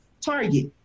Target